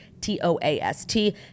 T-O-A-S-T